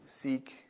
seek